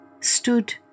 stood